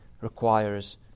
Requires